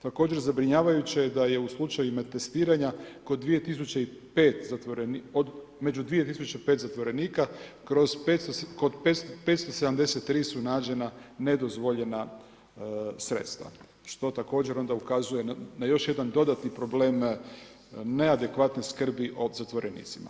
Također zabrinjavajuće je da je u slučajevima testiranja kod 2005, među 2005 zatvorenika kod 573 su nađena nedozvoljena sredstva, što također onda ukazuje na još jedan dodatni problem neadekvatne skrbi o zatvorenicima.